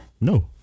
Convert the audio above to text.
No